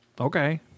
Okay